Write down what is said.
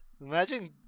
imagine